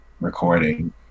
recording